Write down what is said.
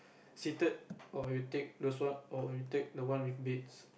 seated or you take those what or you take one with beds